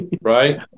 right